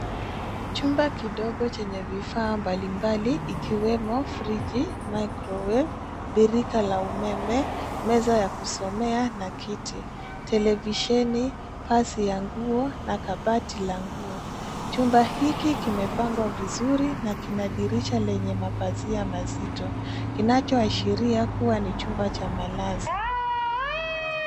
Chumba kidogo chenye vifaa mbali mbali, ikiwemo, friji, microwaves , birika la umeme, meza ya kusomea, na kiti, televisheni, pasi ya nguo, na kabati la nguo. Chumba hiki kimepangwa vizuri na kina dirisha lenye mapazia mazito. Kinacho ashiria kuwa ni chumba cha malazi.